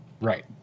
Right